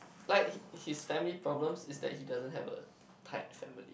like his family problems is that he doesn't have a tight family